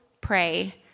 pray